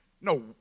No